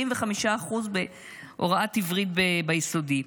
75% בהוראת עברית ביסודי.